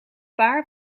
paar